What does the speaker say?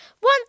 One